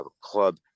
club